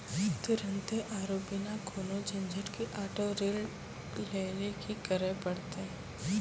तुरन्ते आरु बिना कोनो झंझट के आटो ऋण लेली कि करै पड़तै?